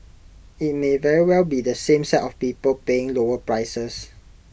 IT may very well be the same set of people paying lower prices